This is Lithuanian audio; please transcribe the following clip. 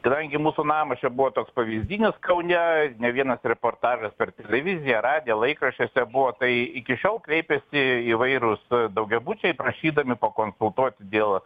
kadangi mūsų namas čia buvo toks pavyzdinis kaune ne vienas reportažas per televiziją radiją laikraščiuose buvo tai iki šiol kreipiasi įvairūs daugiabučiai prašydami pakonsultuoti dėl